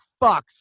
fucks